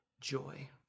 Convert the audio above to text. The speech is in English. joy